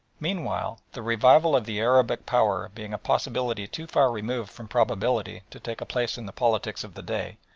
meanwhile the revival of the arabic power being a possibility too far removed from probability to take a place in the politics of the day,